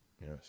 Yes